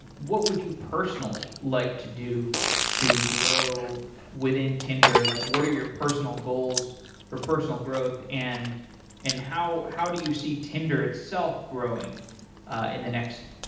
what would you personally like to do to grow within tinder? like what are your personal goals for personal growth and and how how do you see tinder itself growing in the next,